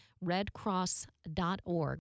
redcross.org